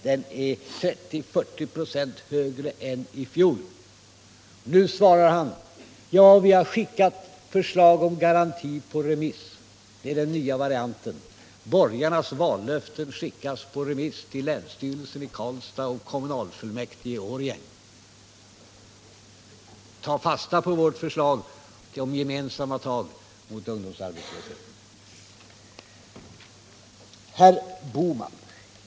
Den är 30-40 26 högre än i fjol. Nu svarar han: ja, vi har sänt ut förslag om garanti på remiss —- det är den nya varianten. Borgarnas vallöften skickas på remiss till länsstyrelsen i Karlstad och kommunalfullmäktige i Årjäng! Ta i stället fasta på vår uppmaning till gemensamma tag mot ungdomsarbetslösheten.